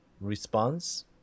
response